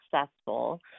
successful